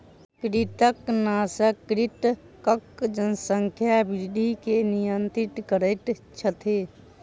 कृंतकनाशक कृंतकक जनसंख्या वृद्धि के नियंत्रित करैत अछि